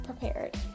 prepared